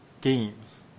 games